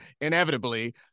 inevitably